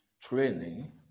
training